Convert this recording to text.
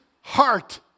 heart